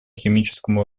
химическому